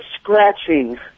scratching